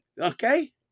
Okay